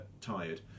tired